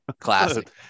classic